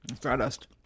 dust